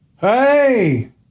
Hey